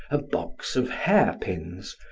a box of hairpins,